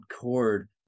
chord